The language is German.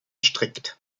strikt